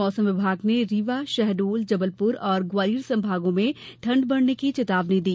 मौसम विभाग ने रीवा शहडोल जबलपुर और ग्वालियर संभागों में ठंड बढने की चेतावनी दी